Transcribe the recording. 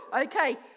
Okay